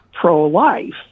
pro-life